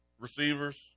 receivers